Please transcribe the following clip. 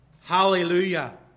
Hallelujah